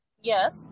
Yes